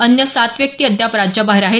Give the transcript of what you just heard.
अन्य सात व्यक्ती अद्याप राज्याबाहेर आहेत